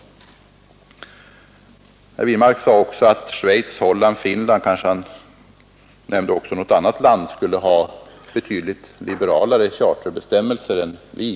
Herr Wirmark sade också att Schweiz, Holland och Finland — han nämnde kanske även något annat land — skulle ha betydligt liberalare charterbestämmelser än vi.